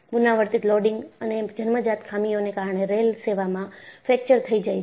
પુનરાવર્તિત લોડિંગ અને જન્મજાત ખામીઓને કારણે રેલ સેવામાં ફ્રેક્ચર થઈ જાય છે